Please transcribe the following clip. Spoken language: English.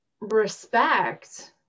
respect